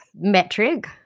metric